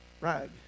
rag